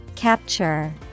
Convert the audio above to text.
Capture